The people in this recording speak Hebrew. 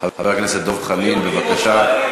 חבר הכנסת דב חנין, בבקשה.